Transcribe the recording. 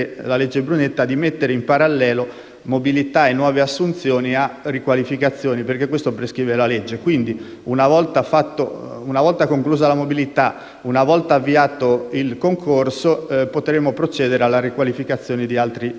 mobilità e nuove assunzioni a riqualificazioni, perché questo prescrive la legge. Quindi, una volta conclusa la mobilità e avviato il concorso, potremo procedere alla riqualificazione di altri dipendenti.